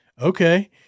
Okay